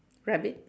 rabbit